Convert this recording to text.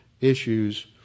issues